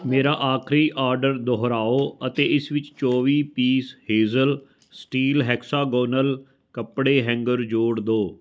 ਮੇਰਾ ਆਖਰੀ ਆਰਡਰ ਦੁਹਰਾਓ ਅਤੇ ਇਸ ਵਿੱਚ ਚੌਵੀ ਪੀਸ ਹੇਜ਼ਲ ਸਟੀਲ ਹੈਕਸਾਗੋਨਲ ਕੱਪੜੇ ਹੈਂਗਰ ਜੋੜ ਦਿਓ